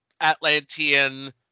Atlantean